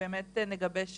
באמת נגבש